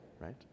right